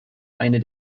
eine